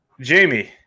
Jamie